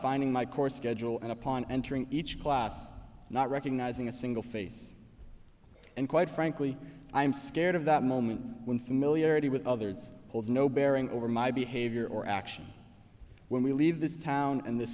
finding my course schedule and upon entering each class not recognizing a single face and quite frankly i am scared of that moment when familiarity with others holds no bearing over my behavior or action when we leave this town and the